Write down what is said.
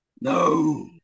No